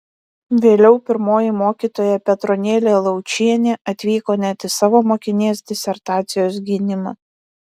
vėliau pirmoji mokytoja petronėlė laučienė atvyko net į savo mokinės disertacijos gynimą